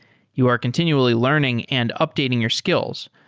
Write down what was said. you are continually learning and updating your skills,